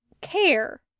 care